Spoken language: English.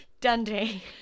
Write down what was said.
Dundee